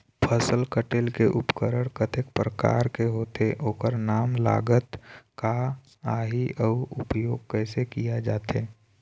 फसल कटेल के उपकरण कतेक प्रकार के होथे ओकर नाम लागत का आही अउ उपयोग कैसे किया जाथे?